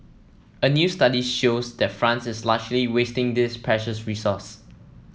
a new study shows that France is largely wasting this precious resource